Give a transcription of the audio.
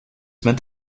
meant